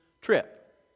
trip